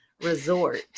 resort